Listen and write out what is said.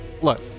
look